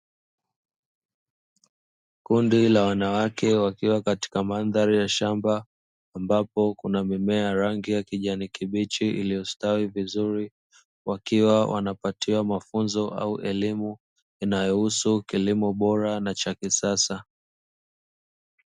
Kundi la wanawake wakiwa katika mandhari ya shamba ambapo kunamimea ya rangi ya kijani kibichi, iliyostawi vizuri wakiwa wanapatiwa mafunzo au elimu inayohusu kilimo bora na cha kisasa.